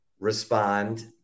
Respond